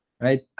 right